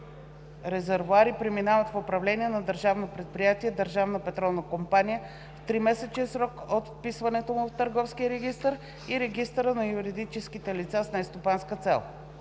складове/резервоари преминават в управление на Държавно предприятие „Държавна петролна компания“ в тримесечен срок от вписването му в Търговския регистър и регистъра на юридическите лица с нестопанска цел.